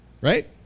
right